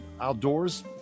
outdoors